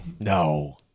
No